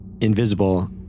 invisible